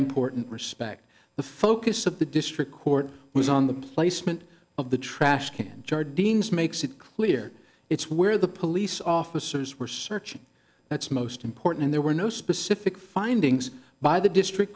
important respect the focus of the district court was on the placement of the trash can charge dean's makes it clear it's where the police officers were searching that's most important and there were no specific findings by the district